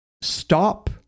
stop